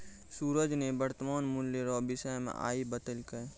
सूरज ने वर्तमान मूल्य रो विषय मे आइ बतैलकै